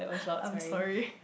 I'm sorry